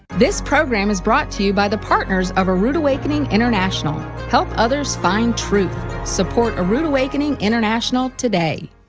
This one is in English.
this program is brought to you by the partners of a rood awakening international. help others find truth, support a rood awakening international today.